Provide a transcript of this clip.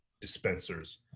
dispensers